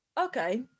Okay